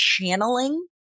channeling